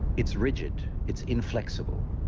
it's rigid, it's inflexible,